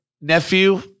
Nephew